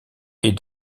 est